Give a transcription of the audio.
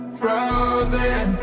frozen